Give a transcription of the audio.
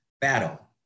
battle